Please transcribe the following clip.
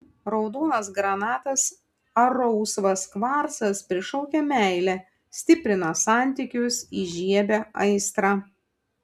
raudonas granatas ar rausvas kvarcas prišaukia meilę stiprina santykius įžiebia aistrą